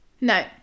no